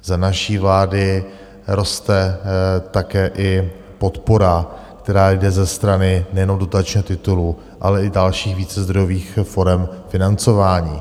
Za naší vlády roste také i podpora, která jde ze strany nejenom dotačního titulu, ale i dalších vícezdrojových forem financování.